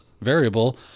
variable